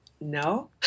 No